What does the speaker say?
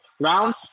round